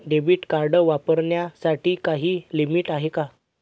Debit card वापरण्यासाठी काही limit आहे का?